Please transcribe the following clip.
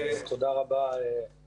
תודה רבה ליושב-ראש הוועדה.